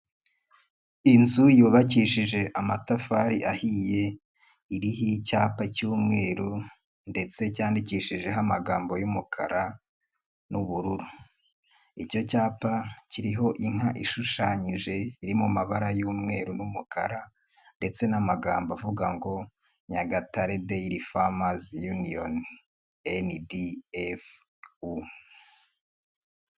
Inzu yubakishije amatafari ahiye, iriho icyapa cy'umweru ndetse cyandikishijeho amagambo y'umukara n'ubururu. Icyo cyapa kiriho inka ishushanyije iri mu mabara y'umweru n'umukara, ndetse n'amagambo avuga ngo Nyagatare deyili famazi yuniyoni NDFU.